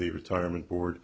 the retirement board